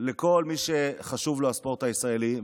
לכל מי שחשוב לו הספורט הישראלי,